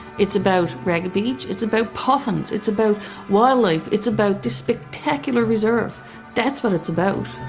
it's about ragged beach it's about puffins it's about wildlife it's about this spectacular reserve that's what it's about.